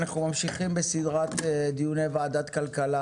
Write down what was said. אנחנו ממשיכים בסדרת דיוני ועדת כלכלה